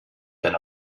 than